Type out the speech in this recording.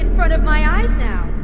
front of my eyes now?